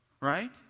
right